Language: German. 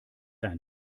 ein